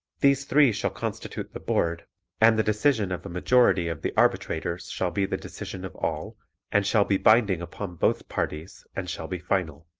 these three shall constitute the board and the decision of a majority of the arbitrators shall be the decision of all and shall be binding upon both parties and shall be final.